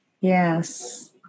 Yes